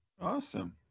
Awesome